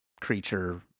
creature